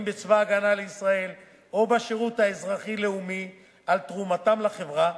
בצבא-הגנה לישראל או בשירות האזרחי-לאומי על תרומתם לחברה,